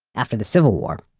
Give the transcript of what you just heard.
after the civil war,